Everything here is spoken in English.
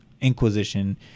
Inquisition